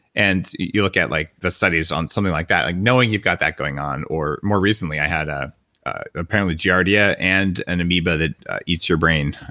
and you look at like the studies on something like that, like knowing you've got that going on. or more recently i had ah apparently giardia and an amoeba that eats your brain,